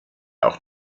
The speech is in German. auch